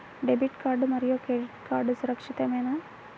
Debit card మరియు credit card సురక్షితమేనా?